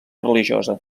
religiosa